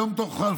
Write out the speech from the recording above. יום טוב כלפון,